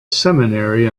seminary